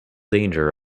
danger